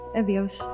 adeus